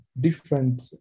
different